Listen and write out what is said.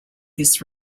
this